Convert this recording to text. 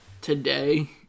today